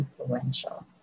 influential